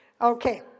Okay